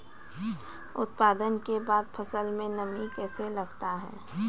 उत्पादन के बाद फसल मे नमी कैसे लगता हैं?